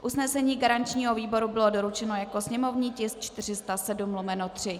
Usnesení garančního výboru bylo doručeno jako sněmovní tisk 407/3.